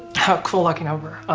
how cool, lucky number.